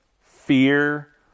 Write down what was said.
fear